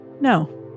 No